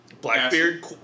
Blackbeard